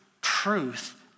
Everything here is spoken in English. truth